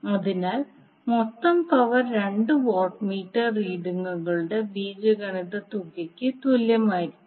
അതിനാൽ മൊത്തം പവർ രണ്ട് വാട്ട് മീറ്റർ റീഡിംഗുകളുടെ ബീജഗണിത തുകയ്ക്ക് തുല്യമായിരിക്കും